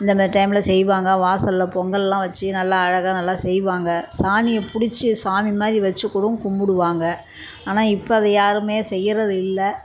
இந்த மாதிரி டைமில் செய்வாங்க வாசலில் பொங்கல்லாம் வச்சு நல்லா அழகாக நல்லா செய்வாங்க சாணியை பிடிச்சி சாமி மாதிரி வச்சிகூட கும்பிடுவாங்க ஆனால் இப்போ அதை யாரும் செய்கிறது இல்லை